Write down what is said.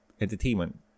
entertainment